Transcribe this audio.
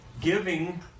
Giving